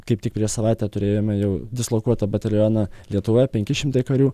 kaip tik prieš savaitę turėjome jau dislokuotą batalioną lietuvoje penki šimtai karių